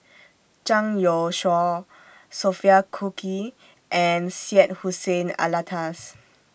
Zhang Youshuo Sophia Cooke and Syed Hussein Alatas